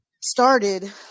started